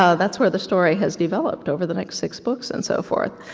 ah that's where the story has developed over the next six books, and so forth,